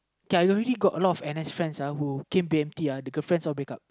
okay I already got a lot of N_S friends uh the girlfriends all break up